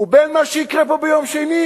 ובין מה שיקרה פה ביום שני.